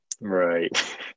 Right